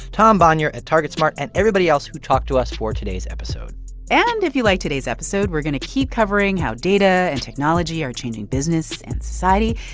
tom bonier at targetsmart and everybody else who talked to us for today's episode and if you liked today's episode, we're going to keep covering how data and technology are changing business and society,